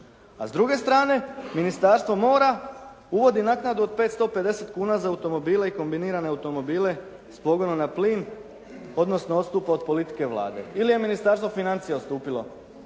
A s druge strane Ministarstvo mora uvodi naknadu od 550 kuna za automobile i kombinirane automobile s pogonom na plin odnosno odstupa od politike Vlade. Ili je Ministarstvo financija odstupilo